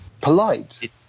polite